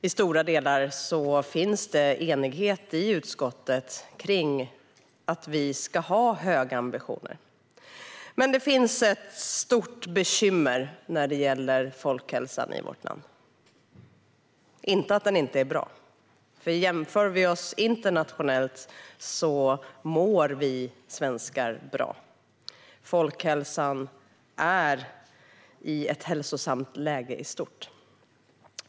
I stora delar råder enighet i utskottet kring att vi ska ha höga ambitioner. Men det finns ett stort bekymmer när det gäller folkhälsan i vårt land. Det är inte att den inte är bra. Jämför vi oss internationellt mår vi svenskar nämligen bra. Folkhälsan befinner sig i stort i ett hälsosamt läge.